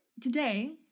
Today